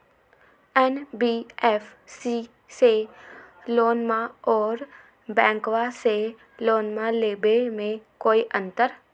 NBFC से लोनमा आर बैंकबा से लोनमा ले बे में कोइ अंतर?